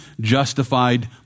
justified